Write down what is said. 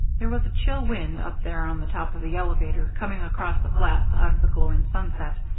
there was a chill wind, up there on the top of the elevator, coming across the flats out of the glowing sunset.